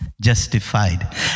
Justified